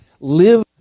live